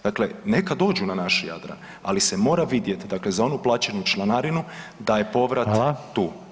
Dakle neka dođu na naš Jadran, ali se mora vidjeti, dakle za onu plaćenu članarinu, da je povrat tu.